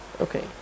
Okay